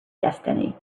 destiny